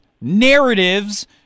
narratives